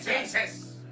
Jesus